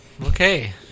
Okay